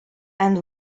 and